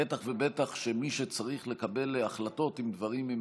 בטח ובטח שמי שצריך לקבל החלטות אם דברים הם